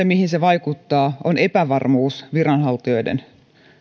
mihin se vaikuttaa on epävarmuus viranhaltijoiden